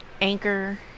Anchor